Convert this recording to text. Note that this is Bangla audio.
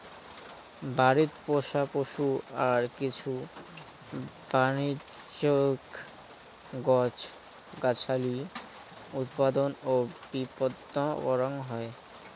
বাড়িত পোষা পশু আর কিছু বাণিজ্যিক গছ গছালি উৎপাদন ও বিপণন করাং হই